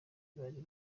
bari